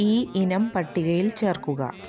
ഈ ഇനം പട്ടികയിൽ ചേർക്കുക